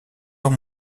voir